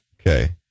Okay